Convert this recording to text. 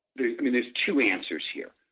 there are two answers here,